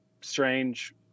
strange